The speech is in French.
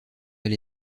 elle